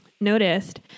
noticed